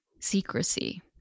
secrecy